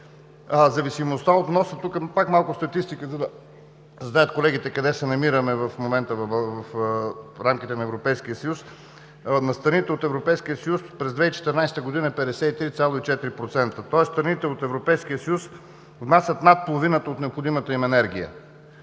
зависимостта от внос – тук ще дам малко статистика, за да знаят колегите къде се намираме в момента в рамките на Европейския съюз. За страните от Европейския съюз през 2014 г. вносът е 53,4%, тоест страните от Европейския съюз внасят над половината от необходимата им енергия.